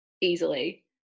easily